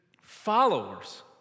followers